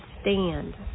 stand